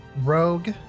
rogue